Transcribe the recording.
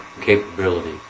capability